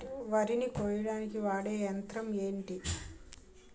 వరి ని కోయడానికి వాడే యంత్రం ఏంటి?